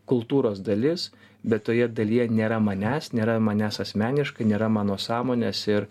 kultūros dalis bet toje dalyje nėra manęs nėra manęs asmeniškai nėra mano sąmonės ir